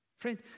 Friend